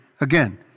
Again